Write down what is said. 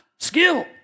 skill